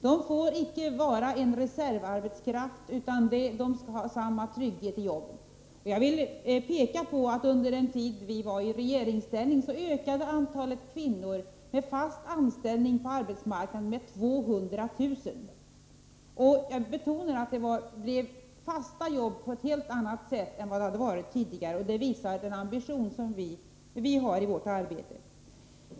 De får icke vara en reservarbetskraft, utan de skall ha samma trygghet i jobben. Jag vill peka på att under den tid vi var i regeringsställning ökade antalet kvinnor med fast anställning på arbetsmarknaden med 200 000. Jag betonar att det blev fasta jobb på ett helt annat sätt än tidigare, och det visar den ambition vi har i vårt arbete.